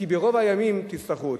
כי ברוב הימים תצטרכו אותם.